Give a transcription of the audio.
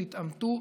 תתעמתו.